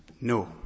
No